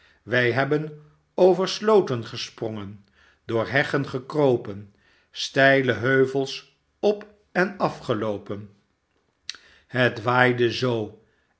wij hebben over sloten gesprongen doorheggen gekropen steile heuvels op en afgeloopen het waaide zoo